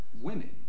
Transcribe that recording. women